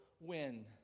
win